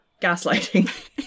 gaslighting